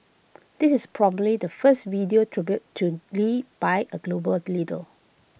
this is probably the first video tribute to lee by A global the leader